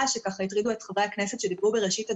שהטרידו את חברי הכנסת שדיברו בראשית הדיון.